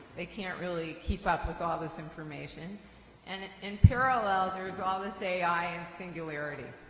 they can't really keep up with all this information and in parallel, there's all this ai and singularity.